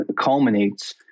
culminates